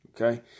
okay